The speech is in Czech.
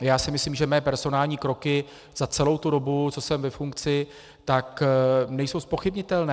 Já si myslím, že mé personální kroky za celou tu dobu, co jsem ve funkci, nejsou zpochybnitelné.